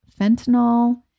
fentanyl